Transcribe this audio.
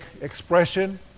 expression